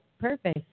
Perfect